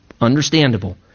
Understandable